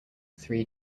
three